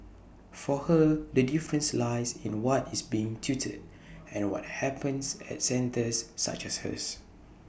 for her the difference lies in what is being tutored and what happens at centres such as hers